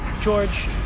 george